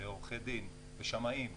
עורכי דין ושמאים.